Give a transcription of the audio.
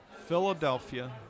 Philadelphia